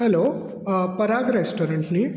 hello Parag restaurant न्ही